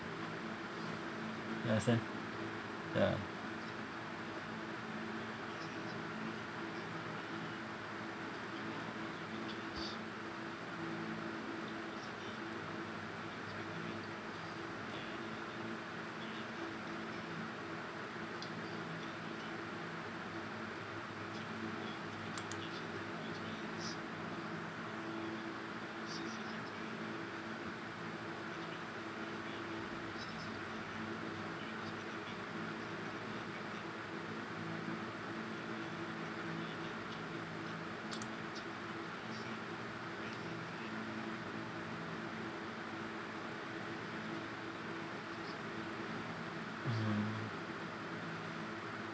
you understand ya hmm